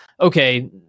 okay